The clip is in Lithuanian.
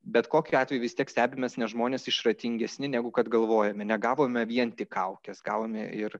bet kokiu atveju vis tiek stebimės nes žmonės išradingesni negu kad galvojome negavome vien tik kaukes gavome ir